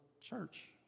church